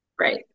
right